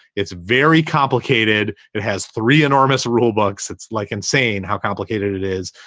it's very complicated. it has three enormous rulebooks. it's like insane how complicated it is,